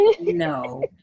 No